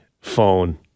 phone